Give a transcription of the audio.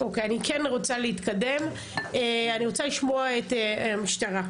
אני כן רוצה להתקדם, אני רוצה לשמוע את המשטרה.